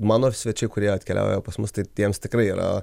mano svečiai kurie atkeliauja pas mus tai tiems tikrai yra